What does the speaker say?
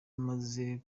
umaze